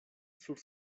sur